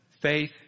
Faith